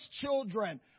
children